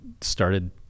started